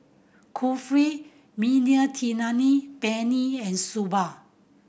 Kulfi Mediterranean Penne and Soba